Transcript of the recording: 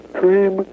dream